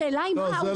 אדוני,